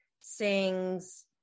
sings